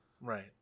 right